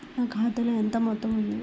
నా ఖాతాలో ఎంత మొత్తం ఉంది?